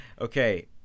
Okay